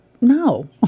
no